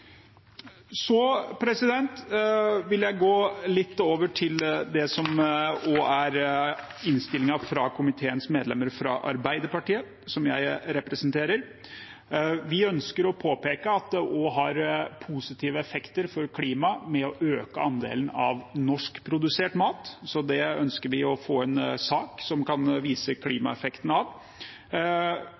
vil jeg gå litt over til forslaget fra noen av komiteens medlemmer, også Arbeiderpartiet, som jeg representerer. Vi ønsker å påpeke at det også har positive effekter for klimaet hvis en øker andelen av norskprodusert mat, så vi ønsker å få en sak som kan vise klimaeffekten av